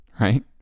right